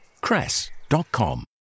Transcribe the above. cress.com